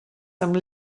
some